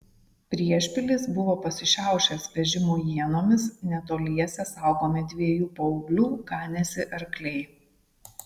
priešpilis buvo pasišiaušęs vežimų ienomis netoliese saugomi dviejų paauglių ganėsi arkliai